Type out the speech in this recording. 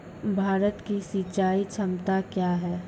भारत की सिंचाई क्षमता क्या हैं?